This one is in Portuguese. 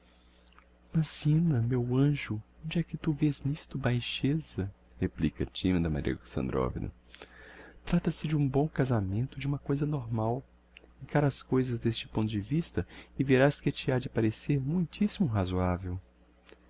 mas zina meu anjo onde é que tu vês n'isto baixeza replica timida maria alexandrovna trata-se de um bom casamento de uma coisa normal encara as coisas d'este ponto de vista e verás que te ha de parecer muitissimo razoavel